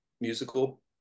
musical